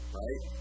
right